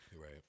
Right